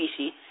PC